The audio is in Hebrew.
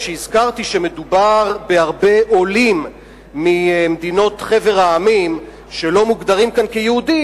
כשהזכרתי שמדובר בהרבה עולים מחבר המדינות שלא מוגדרים כאן כיהודים,